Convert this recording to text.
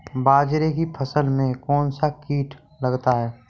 बाजरे की फसल में कौन सा कीट लगता है?